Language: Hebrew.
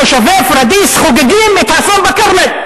תושבי פורידיס חוגגים את האסון בכרמל,